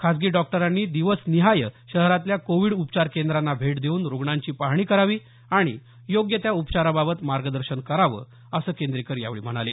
खाजगी डॉक्टरांनी दिवसनिहाय शहरातल्या कोविड उपचार केंद्रांना भेट देऊन रुग्णांची पाहणी करावी आणि योग्य त्या उपचाराबाबत मार्गदर्शन करावं असं केंद्रेकर यावेळी म्हणाले